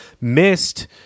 missed